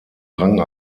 rang